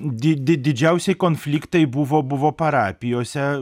di di didžiausiai konfliktai buvo buvo parapijose